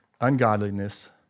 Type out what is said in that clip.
ungodliness